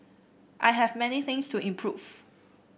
I have many things to improve